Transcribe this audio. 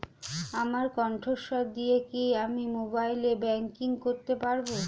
আমার কন্ঠস্বর দিয়ে কি আমি মোবাইলে ব্যাংকিং করতে পারবো?